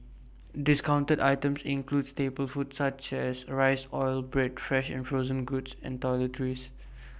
discounted items included staple food items such as rice oil bread fresh and frozen foods and toiletries